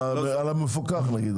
על המפוקח נגיד.